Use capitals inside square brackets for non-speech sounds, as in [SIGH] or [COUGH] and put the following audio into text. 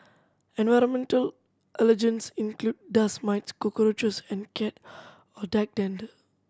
environmental allergens include dust mites cockroaches and cat or [UNINTELLIGIBLE] dander